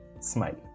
smile